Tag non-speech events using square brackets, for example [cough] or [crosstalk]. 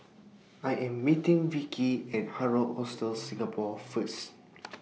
I Am meeting Vicki At Hard Rock Hostel Singapore First [noise]